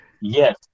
yes